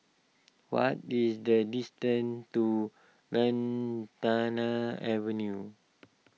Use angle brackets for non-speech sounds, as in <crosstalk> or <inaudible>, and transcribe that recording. what is the distance to Lantana Avenue <noise>